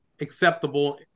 acceptable